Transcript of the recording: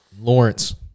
Lawrence